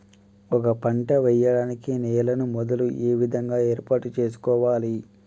ఒక పంట వెయ్యడానికి నేలను మొదలు ఏ విధంగా ఏర్పాటు చేసుకోవాలి?